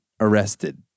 arrested